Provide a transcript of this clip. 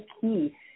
key